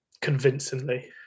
convincingly